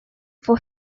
for